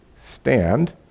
stand